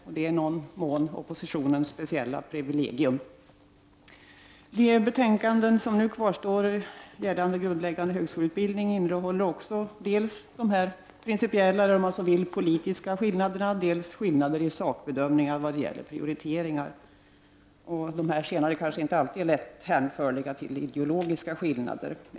Det är i någon mån oppositionens speciella privilegium. De betänkanden som nu kvarstår gällande grundläggande högskoleutbildning innehåller också dels dessa principiella eller — om man så vill — politiska, skillnader, dels skillnader i sakbedömningen i vad gäller prioriteringar. Dessa senare är inte alltid så lätt hänförliga till ideologiska skillnader.